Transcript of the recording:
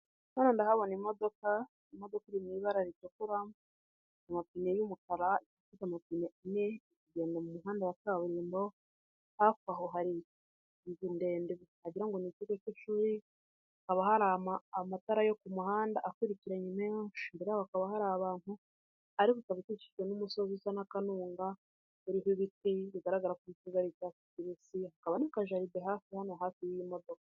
Hano ndahabona imodoka, imodoka iri mu ibara ritukura amapine y'umukara ifite amapine ane iri kugenda mu muhanda wa kaburimbo, hafi aho hari inzu ndende wagira ngo ni ikigo k'ishuri, hakaba hari amatara yo ku muhanda akurikiranye menshi, imbere yaho hakaba hari abantu, ariko ukaba ukikijwe n'umusozi usa n'akanunga uriho ibiti bigaragara ko ufite ibara ry'icyatsi hakaba hari n'aka jaride hafi hano hafi y'iyi modoka.